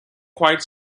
quite